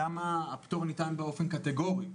למה הפטור ניתן באופן קטגורי.